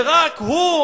ורק הוא,